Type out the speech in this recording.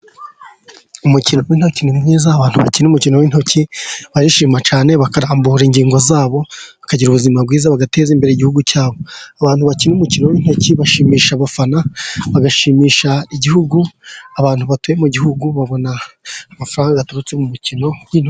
Umukino w'intoki ni mwiza ,abantu bakina umukino w'intoki barishima cyane, barambura ingingo zabo, bakagira ubuzima bwiza, bagateza imbere igihugu cyabo. Abantu bakina umukino w'intoki bashimisha abafana, bagashimisha igihugu, abantu batuye mu gihugu babona amafaranga aturutse mu mikino w'intoki.